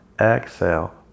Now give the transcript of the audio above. exhale